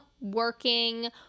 working